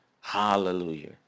Hallelujah